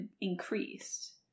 increased